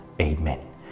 Amen